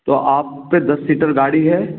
तो आप पे दस सिटर गाड़ी है